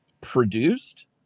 produced